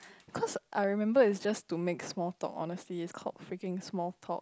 cause I remember is just to make small talk honestly is cope freaking small talk